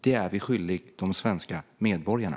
Det är vi skyldiga de svenska medborgarna.